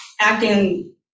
acting